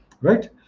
Right